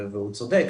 והוא צודק,